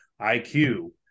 IQ